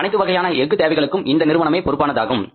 அனைத்து வகையான எஃகு தேவைகளுக்கும் இந்த நிறுவனமே பொறுப்பானதாகும்